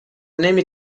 نمی